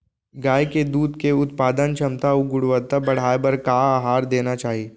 गाय के दूध के उत्पादन क्षमता अऊ गुणवत्ता बढ़ाये बर का आहार देना चाही?